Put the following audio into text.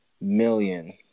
million